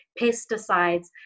pesticides